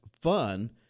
fun